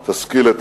אתה תשכיל את